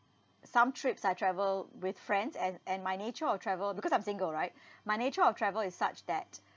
some trips I travel with friends and and my nature of travel because I'm single right my nature of travel is such that